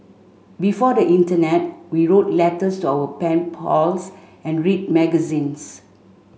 before the internet we wrote letters to our pen pals and read magazines